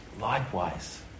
likewise